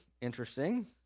interesting